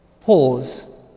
pause